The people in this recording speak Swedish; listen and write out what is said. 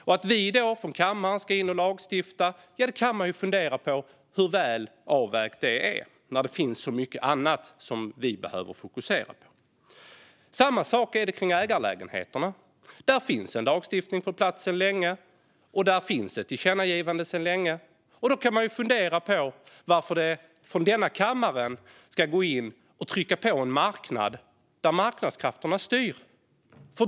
Man kan fundera på hur väl avvägt det är att vi från kammaren ska in och lagstifta när det finns så mycket annat som vi behöver fokusera på. Samma sak gäller ägarlägenheterna. Där finns en lagstiftning på plats sedan länge, och där finns ett tillkännagivande sedan länge. Då kan man ju fundera på varför denna kammare ska gå in och trycka på en marknad där marknadskrafterna styr.